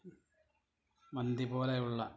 മന്തി പോലെയുള്ളത്